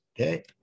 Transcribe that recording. okay